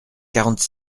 quarante